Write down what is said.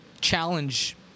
Challenge